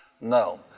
No